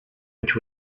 which